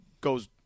goes